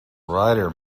rider